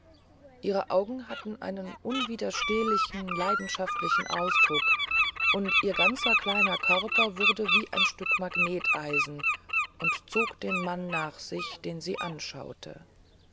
ihr auge hatte einen unwiderstehlichen leidenschaftlichen ausdruck und ihr ganzer kleiner körper wurde wie ein stück magneteisen und zog den mann nach sich den sie anschaute